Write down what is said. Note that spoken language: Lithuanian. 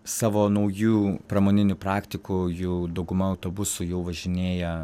savo naujų pramoninių praktikų jų dauguma autobusu jau važinėja